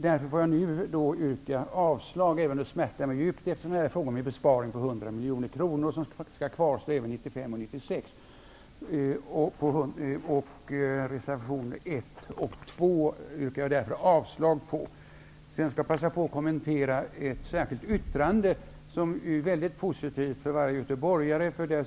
Därför får jag nu yrka avslag på reservationerna 1 och 2, även om det smärtar mig djupt, eftersom det är fråga om en besparing på 100 miljoner som skall kvarstå även under 1995 och Jag skall sedan passa på att kommentera ett särskilt yttrande som är mycket positivt för varje göteborgare.